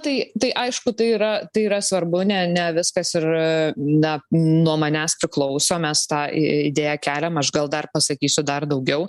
tai tai aišku tai yra tai yra svarbu ne ne viskas ir na nuo manęs priklauso mes tą idėją keliam aš gal dar pasakysiu dar daugiau